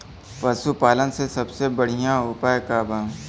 पशु पालन के सबसे बढ़ियां उपाय का बा?